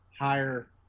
higher